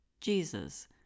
Jesus